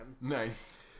Nice